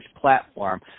platform